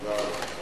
תודה רבה.